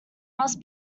must